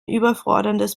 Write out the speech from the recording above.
überforderndes